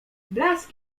blask